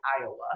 Iowa